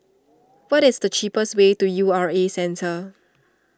what is the cheapest way to U R A Centre